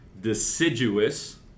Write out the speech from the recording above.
deciduous